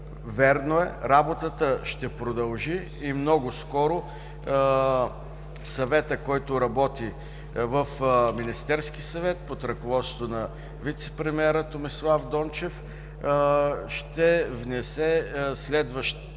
Вярно е, работата ще продължи и много скоро съветът, който работи в Министерския съвет, под ръководството на вицепремиера Томислав Дончев, ще внесе следващия